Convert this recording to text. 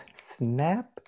snap